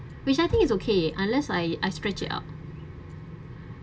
which I think is okay unless I I stretch it out